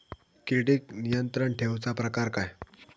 किडिक नियंत्रण ठेवुचा प्रकार काय?